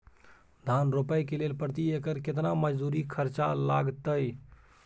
धान रोपय के लेल प्रति एकर केतना मजदूरी खर्चा लागतेय?